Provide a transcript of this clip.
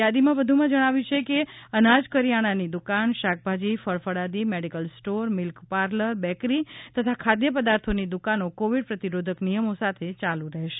યાદી વધુમાં જણાવે છે કે અનાજ કરિયાણાની દુકાન શાકભાજી ફળ ફળાદિ મેડિકલસ્ટોર મિલ્કપાર્લર બેકરી તથા ખાદ્યપદાર્થોની દુકાનો કોવિડ પ્રતિરોધક નિયમો સાથે ચાલુરહેશે